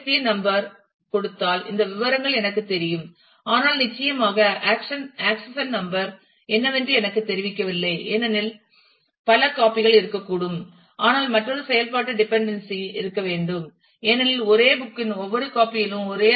என் number ஐ கொடுத்தால் இந்த விவரங்கள் எனக்குத் தெரியும் ஆனால் நிச்சயமாக ஆக்சஷன் நம்பர் என்னவென்று எனக்குத் தெரிவிக்கவில்லை ஏனெனில் பல காபி கள் இருக்கக்கூடும் ஆனால் மற்றொரு செயல்பாட்டு டிப்பன்டென்சே இருக்க வேண்டும் ஏனெனில் ஒரே புக் இன் ஒவ்வொரு காபியிலும் ஒரே ஐ